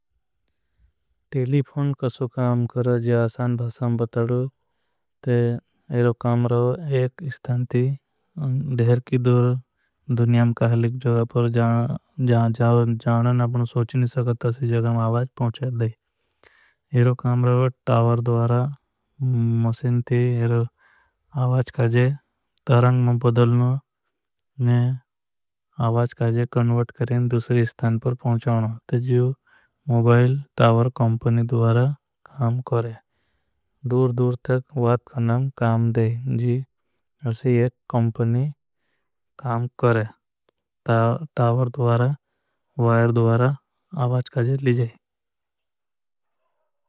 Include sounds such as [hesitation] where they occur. कसो काम कर जिया आसान भसाम बताड़ो। इरो काम रहो एक इस्थान ती धेर की दूर दुनियां। काहलिक जोगापर [hesitation] जाने न। आपने सोच नहीं सकता से जगा में आवाज पहुंचार। दे इरो काम रहो टावर दुआरा। [hesitation] मुशेन ती इरो आवाज काजे तरंग में बदलनो न आवाज। काजे कनवर्ट करें दुसरी स्थान पर पहुंचाओनो जियो। मुबाईल टावर कॉमपनी दुआरा काम करें दूर दूर। तक वात का नम काम दे अशी एक कॉमपनी काम। करें टावर द्वारा वायर द्वारा आवाज काजी ली जाई।